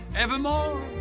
evermore